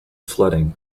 flooding